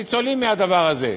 ניצולים מפגיעות.